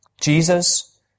Jesus